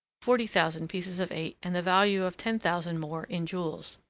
forty thousand pieces of eight, and the value of ten thousand more in jewels.